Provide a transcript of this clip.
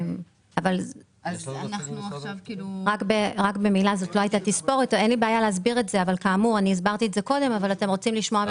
זאת לא הייתה תספורת או חוב שהושמט.